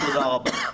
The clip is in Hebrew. תודה רבה.